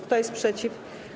Kto jest przeciw?